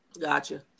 Gotcha